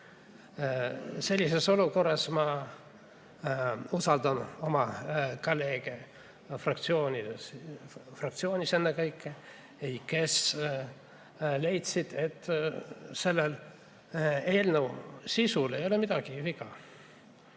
Sellises olukorras ma usaldan oma kolleege, fraktsioonis ennekõike, kes leidsid, et selle eelnõu sisul ei ole midagi viga.